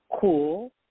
cool